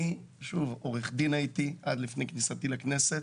הייתי עורך דין עד לפני כניסתי לכנסת